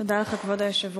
תודה לך, כבוד היושב-ראש.